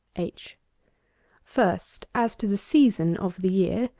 h first, as to the season of the year,